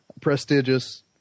prestigious